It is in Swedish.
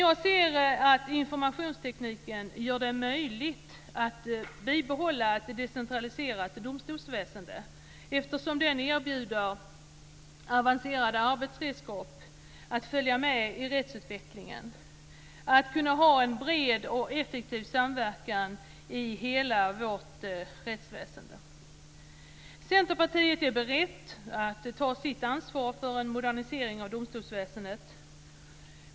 Jag anser att informationstekniken gör det möjligt att bibehålla ett decentraliserat domstolsväsende, eftersom den erbjuder avancerade arbetsredskap för att kunna följa med i rättsutvecklingen och ha en bred och effektiv samverkan i hela vårt rättsväsende. Centerpartiet är berett att ta sitt ansvar för en modernisering av domstolsväsendet.